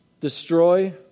destroy